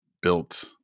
built